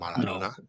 No